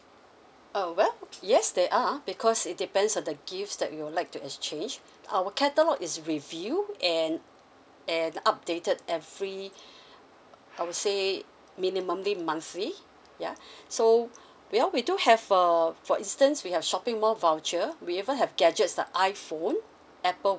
uh well yes there are because it depends on the gifts that you will like to exchange our catalogue is reviewed and and updated every I would say minimally monthly ya so well we do have err for instance we have shopping mall voucher we even have gadgets like iPhone Apple